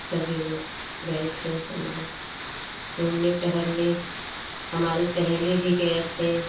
सभी लोग गए थे हम लोग घूमने टहरने हमारी सहेली भी गए थे